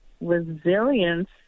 resilience